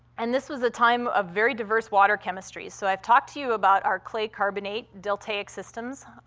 and this was a time of very diverse water chemistry. so i've talked to you about our clay carbonate deltaic systems,